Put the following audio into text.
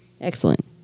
excellent